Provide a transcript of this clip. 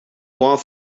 plan